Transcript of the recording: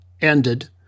ended